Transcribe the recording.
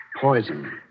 Poison